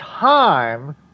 time